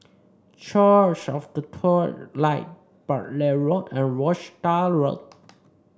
Church of the True Light Bartley Road and Rochdale Road